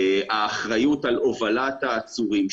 האחריות על הובלת העצורים,